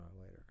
later